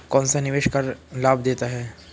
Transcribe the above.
कौनसा निवेश कर लाभ देता है?